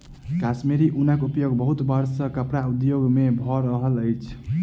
कश्मीरी ऊनक उपयोग बहुत वर्ष सॅ कपड़ा उद्योग में भ रहल अछि